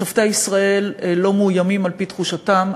שופטי ישראל לא מאוימים על-פי תחושתם.